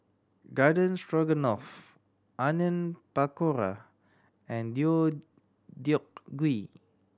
Garden Stroganoff Onion Pakora and Deodeok Gui